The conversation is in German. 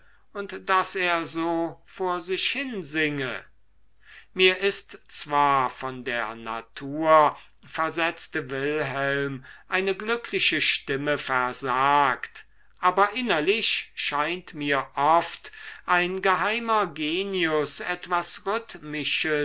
und das er so vor sich hin singe mir ist zwar von der natur versetzte wilhelm eine glückliche stimme versagt aber innerlich scheint mir oft ein geheimer genius etwas